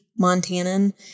montanan